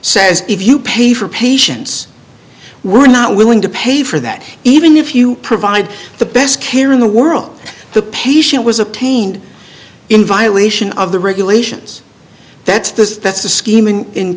says if you pay for patients we're not willing to pay for that even if you provide the best care in the world the patient was obtained in violation of the regulations that's the that's the